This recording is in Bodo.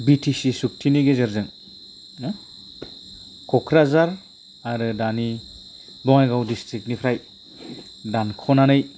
बि टि सि सुक्तिनि गेजेरजों ना क'क्राझार आरो दानि बङाइगाव डिस्ट्रिक्टनिफ्राय दानख'नानै